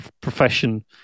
profession